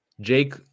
Jake